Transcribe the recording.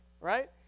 right